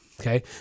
Okay